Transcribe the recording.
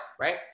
right